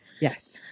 Yes